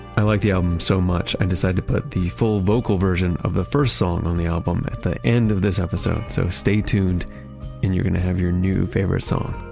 i like the album so much i decided to put the full vocal version of the first song on the album at the end of this episode. so stay tuned and you're going to have your new favorite song.